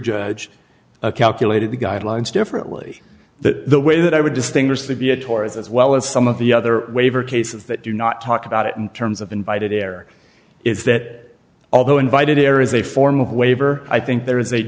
judge calculated the guidelines differently the way that i would distinguish the bia tours as well as some of the other waiver cases that do not talk about it in terms of invited there is that although invited there is a form of waiver i think there is a